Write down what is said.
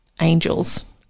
angels